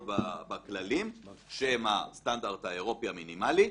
בכללים שהם הסטנדרט האירופי המינימלי.